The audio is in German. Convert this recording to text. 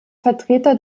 vertreter